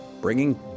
bringing